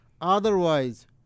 Otherwise